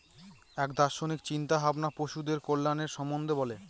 এক দার্শনিক চিন্তা ভাবনা পশুদের কল্যাণের সম্বন্ধে বলে